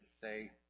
say